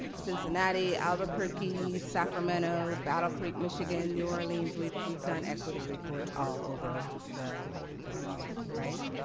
cincinnati, albuquerque, sacramento, battle creek, michigan, and new orleans, we've we've done equity reports all over the country, right?